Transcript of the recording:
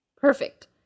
Perfect